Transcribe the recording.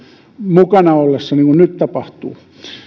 mukana ollessa niin kuin nyt tapahtuu